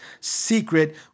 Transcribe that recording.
Secret